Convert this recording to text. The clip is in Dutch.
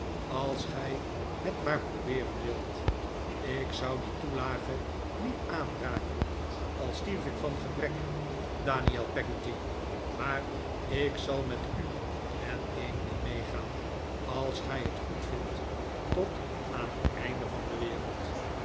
als gij het maar probeeren wilt ik zou die toelage niet aanraken al stierf ik van gebrek daniel peggotty maar ik zal met u en emily meegaan als gij het goedvindt tot aan het einde van de wereld